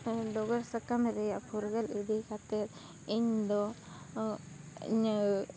ᱰᱚᱜᱚᱨ ᱥᱟᱠᱟᱢ ᱨᱮᱭᱟᱜ ᱯᱷᱩᱨᱜᱟᱹᱞ ᱤᱫᱤ ᱠᱟᱛᱮᱫ ᱤᱧ ᱫᱚ ᱤᱧᱟᱹᱜ